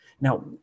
Now